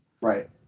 Right